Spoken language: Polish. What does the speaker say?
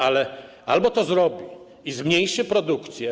Ale albo to zrobi i zmniejszy produkcję.